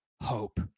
hope